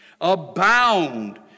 Abound